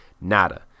nada